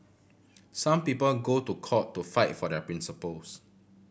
some people go to court to fight for their principles